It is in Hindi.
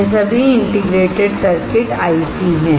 यह सभी इंटीग्रेटेड सर्किट हैं